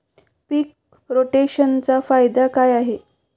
पीक रोटेशनचा फायदा काय आहे?